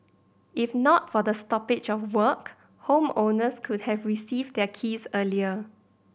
if not for the stoppage of work homeowners could have received their keys earlier